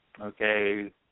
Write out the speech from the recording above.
Okay